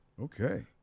Okay